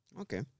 Okay